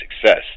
success